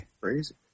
Crazy